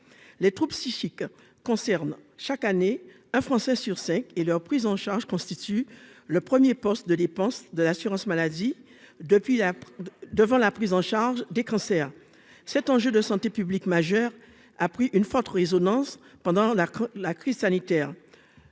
les troupes psychique concerne chaque année un Français sur 5 et leur prise en charge constitue le 1er poste de dépenses de l'assurance maladie depuis là devant la prise en charge des cancers cet enjeu de santé publique majeur a pris une forte résonance pendant la crise, la crise